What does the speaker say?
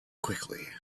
quickly